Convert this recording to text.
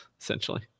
essentially